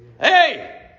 Hey